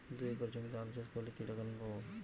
দুই একর জমিতে আলু চাষ করলে কি টাকা লোন পাবো?